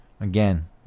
Again